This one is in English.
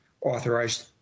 authorized